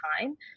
time